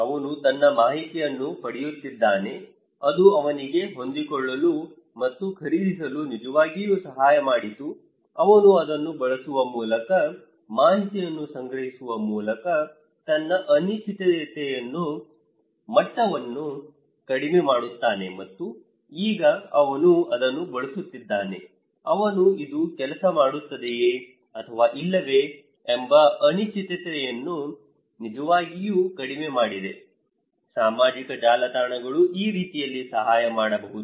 ಅವನು ತನ್ನ ಮಾಹಿತಿಯನ್ನು ಪಡೆಯುತ್ತಿದ್ದಾನೆ ಅದು ಅವನಿಗೆ ಹೊಂದಿಕೊಳ್ಳಲು ಮತ್ತು ಖರೀದಿಸಲು ನಿಜವಾಗಿಯೂ ಸಹಾಯ ಮಾಡಿತು ಅವನು ಅದನ್ನು ಬಳಸುವ ಮೂಲಕ ಮಾಹಿತಿಯನ್ನು ಸಂಗ್ರಹಿಸುವ ಮೂಲಕ ತನ್ನ ಅನಿಶ್ಚಿತತೆಯ ಮಟ್ಟವನ್ನು ಕಡಿಮೆ ಮಾಡುತ್ತಾನೆ ಮತ್ತು ಈಗ ಅವನು ಅದನ್ನು ಬಳಸುತ್ತಿದ್ದಾನೆ ಅವನು ಇದು ಕೆಲಸ ಮಾಡುತ್ತದೆಯೇ ಅಥವಾ ಇಲ್ಲವೇ ಎಂಬ ಅನಿಶ್ಚಿತತೆಯನ್ನು ನಿಜವಾಗಿಯೂ ಕಡಿಮೆ ಮಾಡಿದೆ ಸಾಮಾಜಿಕ ಜಾಲತಾಣಗಳು ಈ ರೀತಿಯಲ್ಲಿ ಸಹಾಯ ಮಾಡಬಹುದು